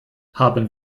haben